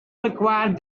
required